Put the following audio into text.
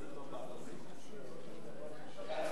סעיף